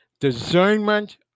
Discernment